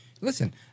listen